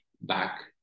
back